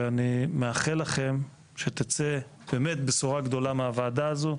אני מאחל לכם שבאמת תצא בשורה גדולה מהוועדה הזאת.